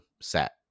set